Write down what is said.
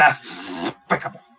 despicable